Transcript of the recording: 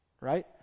right